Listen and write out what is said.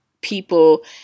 people